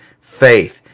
faith